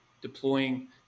deploying